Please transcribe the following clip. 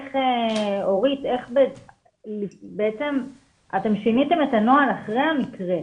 אתם בעצם שיניתם את הנוהל אחרי המקרה,